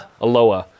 Aloha